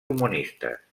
comunistes